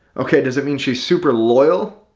okay, does it mean she's super loyal?